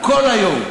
עסוקה כל היום,